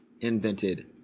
invented